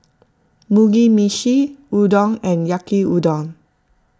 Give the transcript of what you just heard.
Mugi Meshi Udon and Yaki Udon